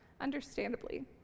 understandably